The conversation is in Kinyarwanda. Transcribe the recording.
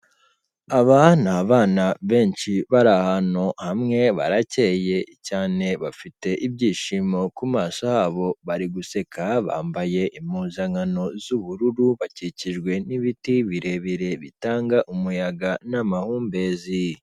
Aba ni abana benshi bari ahantu hamwe, barakeye cyane bafite ibyishimo ku maso habo, bari guseka, bambaye impuzankano z'ubururu, bakikijwe n'ibiti birebire bitanga umuyaga, n'amahumbezi.